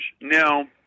Now